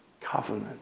covenant